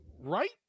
Right